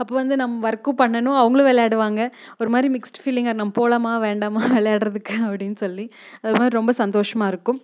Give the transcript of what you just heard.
அப்போ வந்து நம்ம வொர்க்கும் பண்ணணும் அவங்குளும் விளையாடுவாங்க ஒரு மாதிரி மிக்ஸ்டு ஃபீலிங் நாம் போகலாமா வேண்டாமா விளையாடுறதுக்கு அப்படின்னு சொல்லி அதுமாதிரி ரொம்ப சந்தோஷமாயிருக்கும்